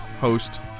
host